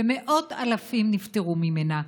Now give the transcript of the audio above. ומאות אלפים נפטרו ממנה.